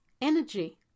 energy